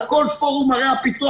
על כל פורום ערי הפיתוח,